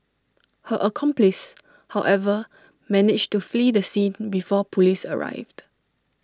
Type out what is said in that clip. her accomplice however managed to flee the scene before Police arrived